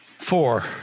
Four